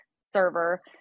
server